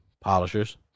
polishers